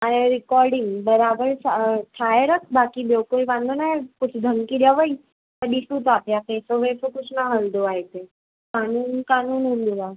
ऐं रिकॉडिंग बराबरि ठा ठाहे रख बाक़ी ॿियो कोई वांदो न आहे कुझु धमकी ॾेई तॾहिं तूं तोखे कुझु न हलंदो आहे हिते कानून कानून हूंदो आहे